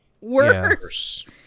worse